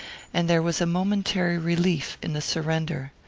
and there was a momentary relief in the surrender.